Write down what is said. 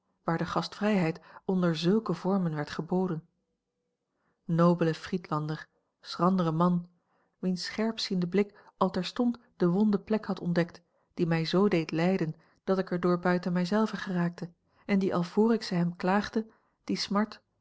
waar de gastvrijheid onder zulke vormen werd geboden nobele friedlander schrandere man wiens scherpziende blik al terstond de wonde plek had ontdekt die mij z deed lijden dat ik er door buiten mij zelve geraakte en die al vr ik ze hem klaagde die smart